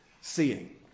seeing